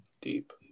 deep